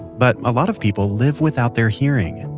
but a lot of people live without their hearing.